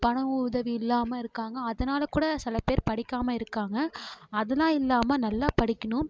பணம் உதவி இல்லாமல் இருக்காங்க அதனால்க்கூட சில பேர் படிக்காமல் இருக்காங்க அதெலாம் இல்லாமல் நல்லா படிக்கணும்